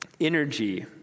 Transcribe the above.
energy